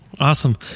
awesome